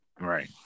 Right